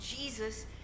Jesus